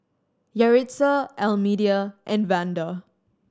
Yaritza Almedia and Vander